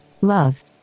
Love